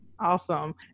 Awesome